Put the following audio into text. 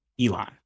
elon